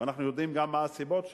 ואנחנו יודעים גם מה הסיבות שהיו,